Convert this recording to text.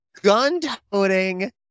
gun-toting